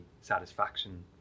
satisfaction